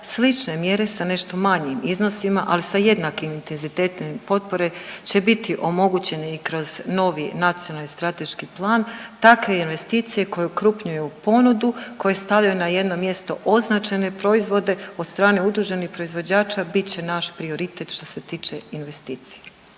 Slične mjere, sa nešto manjim iznosima, ali sa jednakim intenzitetom potpore će biti omogućeni i kroz novi nacionalni strateški plan, takve investicije koje okrupnjuju ponudu koje stavljaju na jedno mjesto označene proizvode od strane utuženih proizvođača bit će naš prioritet što se tiče investicija.